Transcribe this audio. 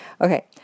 Okay